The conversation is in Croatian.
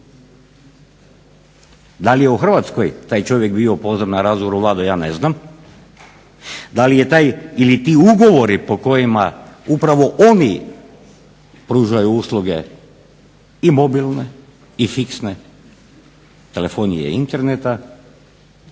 Da li je u Hrvatskoj taj čovjek bio pozvan na razgovor u Vladu ja ne znam. Da li je taj ili ti ugovori po kojima upravo oni pružaju usluge i mobilne i fiksne telefonije i interneta